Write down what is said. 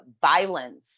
violence